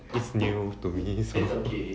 it's new to me so